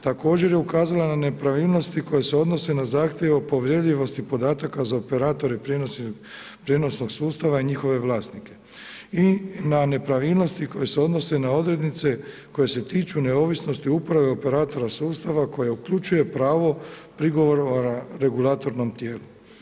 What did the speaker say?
Također je ukazala na nepravilnosti koje se odnose na zahtjev o povjerljivosti podataka za operatore prijenosnog sustava i njihove vlasnike i na nepravilnosti koje se odnose na odrednice koje se tiču neovisnosti uprave operatora sustava koje uključuje pravo prigovora regulatornom tijelu.